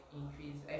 increase